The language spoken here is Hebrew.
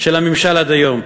של הממשל עד היום.